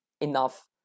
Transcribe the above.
enough